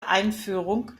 einführung